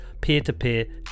peer-to-peer